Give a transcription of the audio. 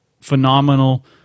phenomenal